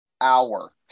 hour